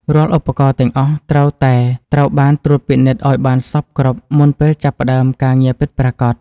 រាល់ឧបករណ៍ទាំងអស់ត្រូវតែត្រូវបានត្រួតពិនិត្យឱ្យបានសព្វគ្រប់មុនពេលចាប់ផ្តើមការងារពិតប្រាកដ។